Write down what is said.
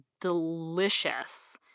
delicious